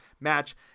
match